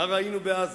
מה ראינו בעזה?